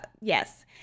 Yes